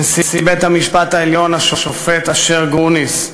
נשיא בית-המשפט העליון השופט אשר גרוניס,